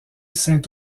saint